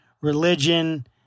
religion